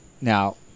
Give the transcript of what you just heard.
now